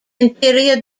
interior